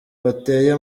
bateye